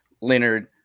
Leonard